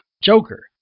Joker